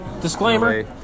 disclaimer